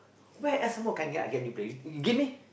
where else some more can get I get new players you give me